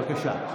בבקשה.